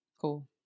Cool